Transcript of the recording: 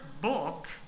book